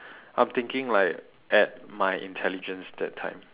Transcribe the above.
I'm thinking like at my intelligence that time